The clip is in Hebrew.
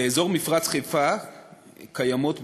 באזור מפרץ-חיפה קיימות,